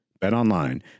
BetOnline